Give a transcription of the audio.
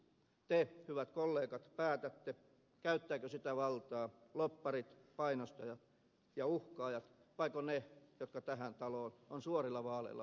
te hyvät kollegat päätätte käyttävätkö sitä valtaa lobbarit painostajat ja uhkaajat vai ne jotka tähän taloon on suorilla vaaleilla valittu